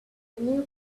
new